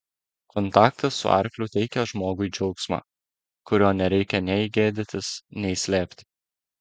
kontaktas su arkliu teikia žmogui džiaugsmą kurio nereikia nei gėdytis nei slėpti